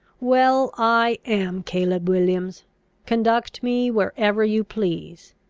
well, i am caleb williams conduct me wherever you please!